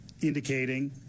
indicating